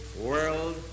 world